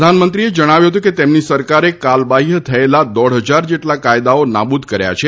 પ્રધાનમંત્રીએ જણાવ્યું હતુ કે તેમની સરકારે કાલબાહ્ય થયેલા દોઢ હજાર જેટલા કાયદાઓ નાબુદ કર્યા છે